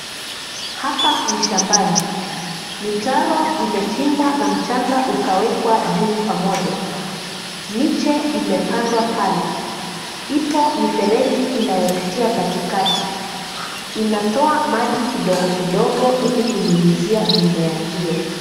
Hapa ni shambani, mitaro imechimbwa na mchanga ukawekwa juu pamoja. Miche imepandwa pale. Ipo mifereji inayopitia katikati, inatoa maji kidogo kidogo ili kunyunyuzia mimea hiyo.